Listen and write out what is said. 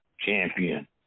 champion